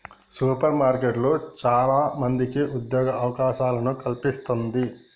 super మార్కెట్లు చాల మందికి ఉద్యోగ అవకాశాలను కల్పిస్తంది